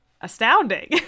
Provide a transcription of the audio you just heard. astounding